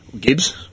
Gibbs